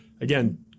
again